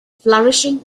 flourishing